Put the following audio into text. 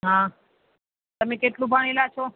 હા તમે કેટલું ભણેલા છો